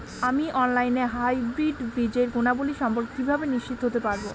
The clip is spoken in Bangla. আমি অনলাইনে হাইব্রিড বীজের গুণাবলী সম্পর্কে কিভাবে নিশ্চিত হতে পারব?